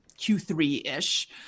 Q3-ish